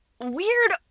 weird